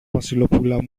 βασιλοπούλα